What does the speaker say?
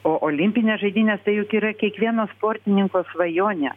o olimpinės žaidynės tai juk yra kiekvieno sportininko svajonė